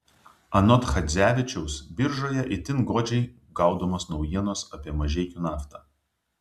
anot chadzevičiaus biržoje itin godžiai gaudomos naujienos apie mažeikių naftą